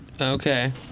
Okay